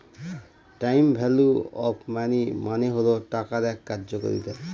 time value of money মানে হল টাকার এক কার্যকারিতা